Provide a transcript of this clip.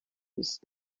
ist